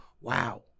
wow